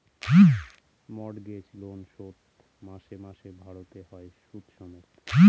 mortgage loan শোধ মাসে মাসে ভারতে হয় সুদ সমেত